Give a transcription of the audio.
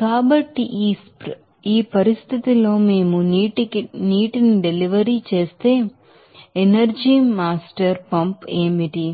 కాబట్టి ఈ పరిస్థితిలో మేము నీటికి డెలివరీ చేసే ఎనర్జీ మాస్టర్ పంప్ ఏమిటి